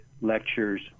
lectures